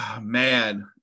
man